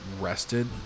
rested